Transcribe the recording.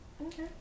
Okay